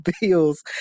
Bills